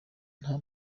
nta